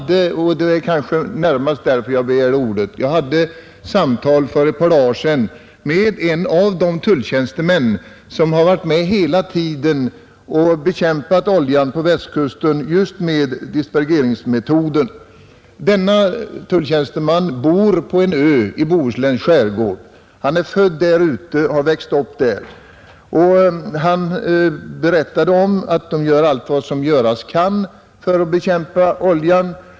Den kanske närmaste anledningen till att jag begärde ordet var att jag för ett par dagar sedan hade ett samtal med en av de tulltjänstemän som från början varit med om oljebekämpningen på Västkusten med just dispergeringsmetoden. Denne tulltjänsteman bor på en ö i Bohusläns skärgård. Han är född på ön och har växt upp på den. Han berättade att man gör allt vad som kan göras för att bekämpa oljan.